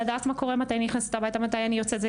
כן, לראות מתי אני נכנסת הביתה, מתי אני יוצאת.